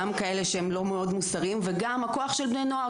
גם כאלה שהם לא מאוד מוסריים וגם הכוח של בני נוער,